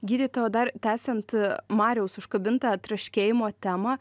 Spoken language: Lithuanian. gydytoja o dar tęsiant mariaus užkabintą traškėjimo temą